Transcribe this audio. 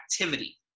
activity